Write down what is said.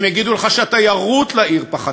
הם יגידו לך שהתיירות לעיר פחתה,